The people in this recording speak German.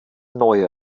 neue